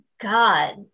God